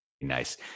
nice